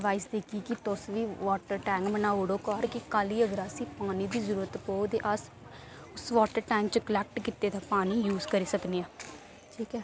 तुस बी water tank बनाई ओड़ो घर कल्ल गी जेकर असेंगी पानी दी जरूरत पौग ते अस उस वॉटर टैंक कलैक्ट कीते दे पानी गी यूज़ करी सकने आं ठीक ऐ